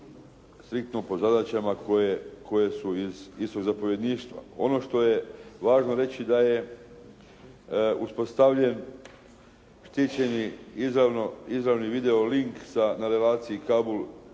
striktno po zadaćama koje su iz istog zapovjedništva. Ono što je važno reći da je uspostavljen štićeni izravni video link na relaciji Kabul-Zapovjedništvo